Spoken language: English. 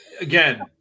again